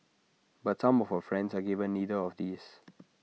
but some of her friends are given neither of these